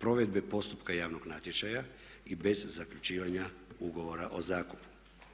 provedbe postupka javnog natječaja i bez zaključivanja ugovora o zakupu.